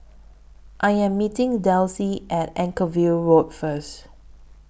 I Am meeting Delsie At Anchorvale Road First